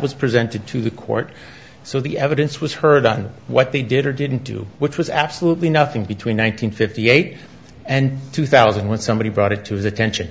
was presented to the court so the evidence was heard on what they did or didn't do which was absolutely nothing between one nine hundred fifty eight and two thousand when somebody brought it to his attention